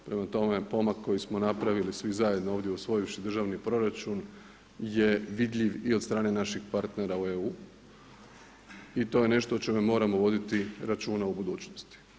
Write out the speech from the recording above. Prema tome, pomak koji smo napravili svi zajedno ovdje usvojivši državni proračun je vidljiv i od strane naših partnera u EU i to je nešto o čemu moramo voditi računa u budućnosti.